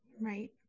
Right